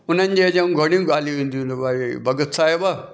उन्हनि जे एजऊं घणियूं ॻालियूं ईंदियूं आहिनि भई भॻति साहिब